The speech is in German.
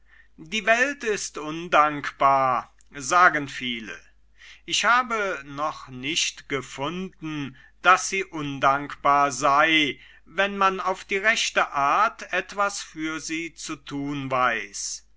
die welt ist undankbar sagen viele ich habe noch nicht gefunden daß sie undankbar sei wenn man auf die rechte art etwas für sie zu tun weiß